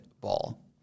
ball